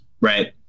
right